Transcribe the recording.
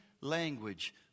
language